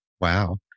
Wow